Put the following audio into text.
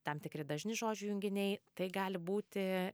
tam tikri dažni žodžių junginiai tai gali būti